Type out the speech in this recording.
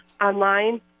online